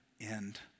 end